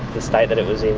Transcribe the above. the state that it was in,